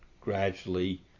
gradually